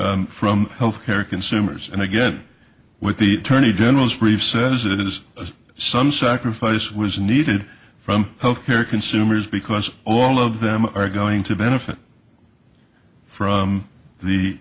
e from health care consumers and again with the attorney general's brief says it is as some sacrifice was needed from health care consumers because all of them are going to benefit from the